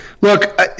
look